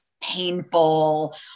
painful